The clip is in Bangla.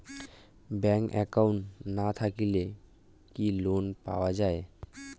ব্যাংক একাউন্ট না থাকিলে কি লোন পাওয়া য়ায়?